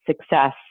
success